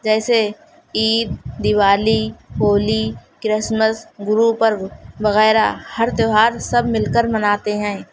جیسے عید دیوالی ہولی کرسمس گرو پرب وغیرہ ہر تہوار سب مل کر مناتے ہیں